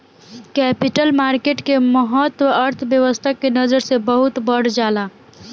capital market के महत्त्व अर्थव्यस्था के नजर से बहुत बढ़ जाला